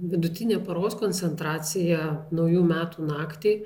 vidutinė paros koncentracija naujų metų naktį